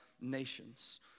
nations